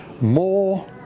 more